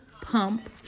pump